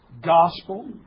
gospel